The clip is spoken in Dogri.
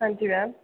हां जी मैम